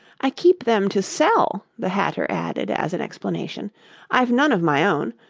i keep them to sell the hatter added as an explanation i've none of my own.